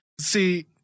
See